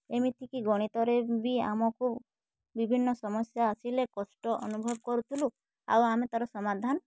ଏମିତିକି ଗଣିତରେ ବି ଆମକୁ ବିଭିନ୍ନ ସମସ୍ୟା ଆସିଲେ କଷ୍ଟ ଅନୁଭବ କରୁଥିଲୁ ଆଉ ଆମେ ତାର ସମାଧାନ